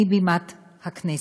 מבימת הכנסת,